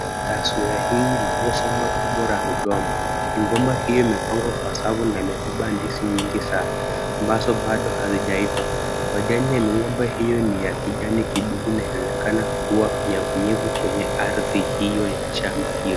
Taswira hii inaonyesha shamba kubwa la migomba. Migomba hii imepangwa kwa safu na imebeba ndizi nyingi sana, ambazo baado hazijaiva. Majani ya migomba hiyo ni ya kijani kibichi na inaonekana kuwa na unyevunyevu kwenye ardhi hio, ya shamba hio.